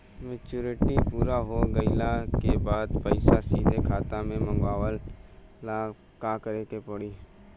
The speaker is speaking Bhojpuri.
मेचूरिटि पूरा हो गइला के बाद पईसा सीधे खाता में मँगवाए ला का करे के पड़ी?